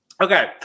Okay